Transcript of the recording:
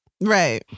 right